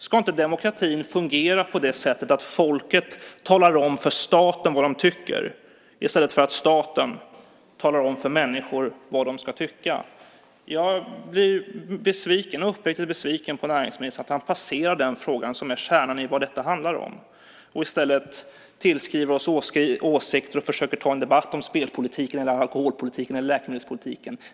Ska inte demokratin fungera på det sättet att folket talar om för staten vad de tycker i stället för att staten talar om för människor vad de ska tycka? Jag blir uppriktigt besviken på att näringsministern passerar den fråga som är kärnan i vad detta handlar om och i stället tillskriver oss åsikter och försöker ta en debatt om spelpolitiken, alkoholpolitiken eller läkemedelspolitiken.